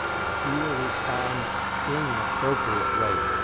and he will respond in an appropriate way.